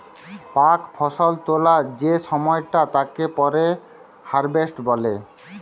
পাক ফসল তোলা যে সময়টা তাকে পরে হারভেস্ট বলে